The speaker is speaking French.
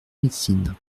médecine